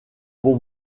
bon